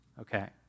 okay